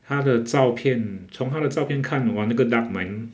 他的照片从他的照片看 !wah! 那个 duct 蛮